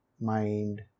mind